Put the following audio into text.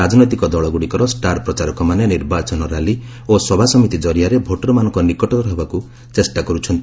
ରାଜନୈତିକ ଦଳଗୁଡ଼ିକର ଷ୍ଟାର୍ ପ୍ରଚାରକମାନେ ନିର୍ବାଚନୀ ର୍ୟାଲି ଓ ସଭାସମିତି କ୍ୱରିଆରେ ଭୋଟରମାନଙ୍କ ନିକଟତର ହେବାକୁ ଚେଷ୍ଟା କରୁଛନ୍ତି